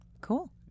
Cool